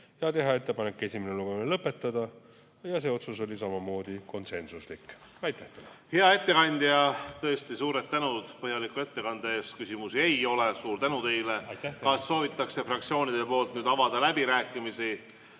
ja teha ettepanek esimene lugemine lõpetada (see otsus oli samamoodi konsensuslik). Aitäh! Hea ettekandja, tõesti suured tänud põhjaliku ettekande eest! Küsimusi ei ole. Suur tänu teile! Kas fraktsioonid soovivad nüüd avada läbirääkimisi?